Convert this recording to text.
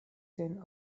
sen